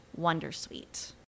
Wondersuite